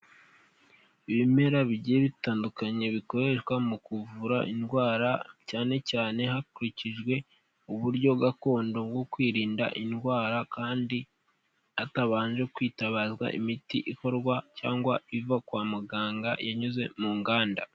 Ibimera bigiye bitandukanye bikoreshwa mu kuvura indwara, cyane cyane hakurikijwe uburyo gakondo bwo kwirinda indwara, kandi hatabanje kwitabazwa imiti ikorwa cyangwa iva kwa muganga yanyuze mu nganda.